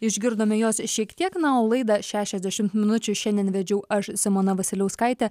išgirdome jos šiek tiek na o laidą šešiasdešimt minučių šiandien vedžiau aš simona vasiliauskaitė